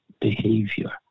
behavior